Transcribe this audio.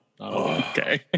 okay